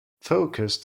focused